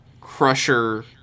Crusher